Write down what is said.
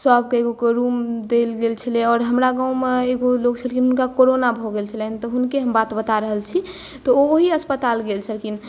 सभके एगोके रूम देल गेल छलै आओर हमरा गाँवमे एगो लोग छलखिन हुनका कोरोना भऽ गेल छलनि तऽ हुनके हम बात बता रहल छी तऽ ओ ओही अस्पताल गेल छलखिन